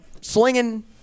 slinging